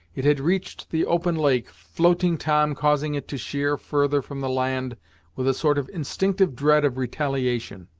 it had reached the open lake, floating tom causing it to sheer further from the land with a sort of instinctive dread of retaliation.